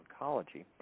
oncology